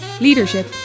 leadership